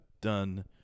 done